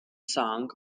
song